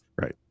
Right